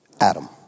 Adam